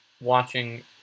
watching